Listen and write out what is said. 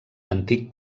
antic